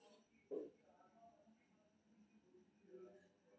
फूलगोभी एक तरहक तरकारी छियै